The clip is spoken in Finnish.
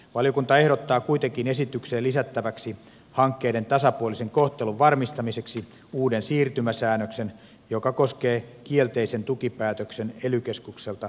valiokunta ehdottaa kuitenkin esitykseen lisättäväksi hankkeiden tasapuolisen kohtelun varmistamiseksi uuden siirtymäsäännöksen joka koskee kielteisen tukipäätöksen ely keskukselta saaneita hankkeita